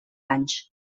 anys